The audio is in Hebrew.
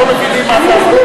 אין בזה היגיון.